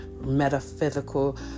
metaphysical